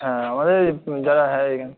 হ্যাঁ আমাদের যারা হ্যাঁ এখানে